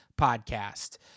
podcast